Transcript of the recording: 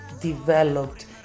developed